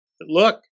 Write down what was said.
look